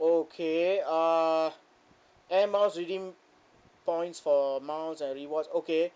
okay uh air miles redeem points for miles and rewards okay